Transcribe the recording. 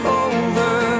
over